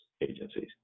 agencies